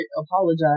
apologize